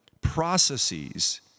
processes